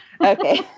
Okay